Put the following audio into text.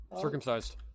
Circumcised